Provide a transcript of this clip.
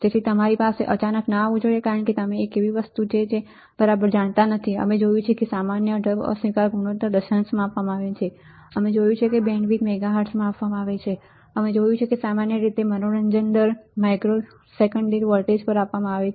તેથી તે તમારી પાસે અચાનક ન આવવું જોઈએ કારણ કે તમે એક એવી વસ્તુ જે તમે બરાબર જાણતા પણ નથી અમે જોયું છે કે સામાન્ય ઢબ અસ્વીકાર ગુણોત્તર દશાંશમાં આપવામાં આવે છે અમે જોયું છે કે બેન્ડવિડ્થ મેગાહર્ટ્ઝમાં આપવામાં આવે છે અમે જોયું છે કે મનોરંજન દર સામાન્ય રીતે માઇક્રોસેકન્ડ દીઠ વોલ્ટ પર આપવામાં આવે છે